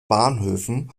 bahnhöfen